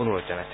অনুৰোধ জনাইছে